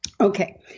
Okay